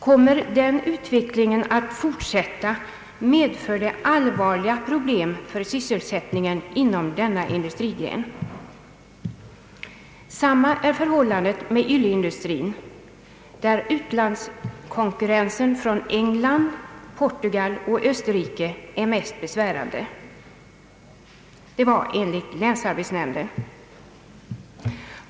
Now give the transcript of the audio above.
Kommer den utvecklingen att fortsätta, medför det allvarliga problem för sysselsättningen inom denna industrigren. Samma är förhållandet med ylleindustrin, där utlandskonkurrensen från England, Portugal och Österrike är mest besvärande. Så långt länsarbetsnämnden.